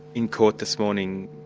in court this morning,